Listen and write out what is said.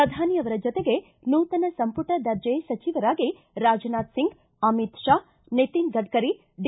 ಪ್ರಧಾನಿ ಅವರ ಜತೆಗೆ ನೂತನ ಸಂಪುಟ ದರ್ಜೆ ಸಚಿವರಾಗಿ ರಾಜನಾಥ್ ಸಿಂಗ್ ಅಮಿತ್ ಷಾ ನಿತಿನ ಗಡ್ಡರಿ ಡಿ